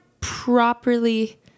properly